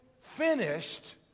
finished